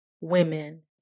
women